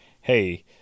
hey